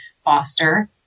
foster